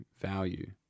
value